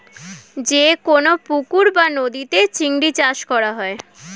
যে কোন পুকুর বা নদীতে চিংড়ি চাষ করা হয়